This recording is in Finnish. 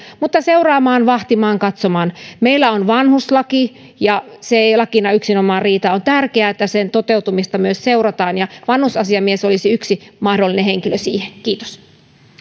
seuraamaan vahtimaan katsomaan meillä on vanhuslaki ja se ei lakina yksinomaan riitä on tärkeää että sen toteutumista myös seurataan ja vanhusasiamies olisi yksi mahdollinen henkilö siihen kiitos